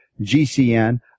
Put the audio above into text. GCN